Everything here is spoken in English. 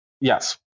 yes